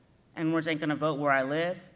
n-words ain't gonna vote where i live,